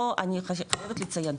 אני חייבת לציין,